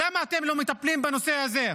למה אתם לא מטפלים בנושא הזה?